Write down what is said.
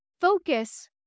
focus